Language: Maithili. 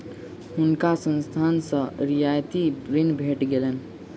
हुनका संस्थान सॅ रियायती ऋण भेट गेलैन